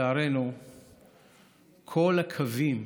לצערנו כל הקווים